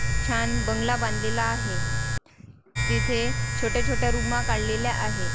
छान बंगला बांधलेला आहे तिथे छोट्या छोट्या रूमा काढलेल्या आहेत